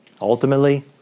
ultimately